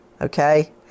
Okay